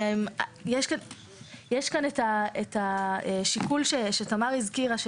יש פה השיקול שתמר הזכירה,